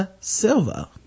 Silva